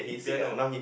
piano